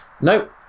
Nope